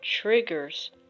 triggers